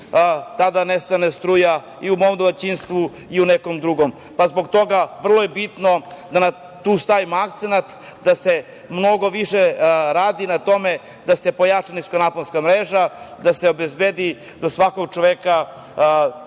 tada nestane struja i u mom domaćinstvu i u nekom drugom. Zbog toga vrlo je bitno da na to stavimo akcenat, da se mnogo više radi na tome, da se pojača niskonaponska mreža, da se obezbedi do svakog čoveka